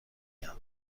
یاد